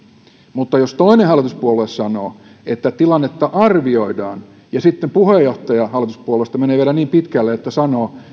mutta jos toinen hallituspuolue sanoo että tilannetta arvioidaan ja sitten puheenjohtaja hallituspuolueesta menee vielä niin pitkälle että sanoo